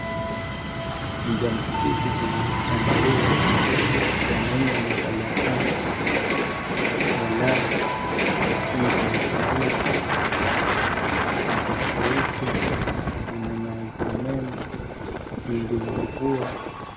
Nje ya msikiti kuna chandarua mwanaume wamevalia kanzu, walahi. Chini kuna zulia kipaza sauti, kuna nyaya za umeme, wingu la mvua.